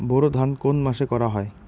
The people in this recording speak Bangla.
বোরো ধান কোন মাসে করা হয়?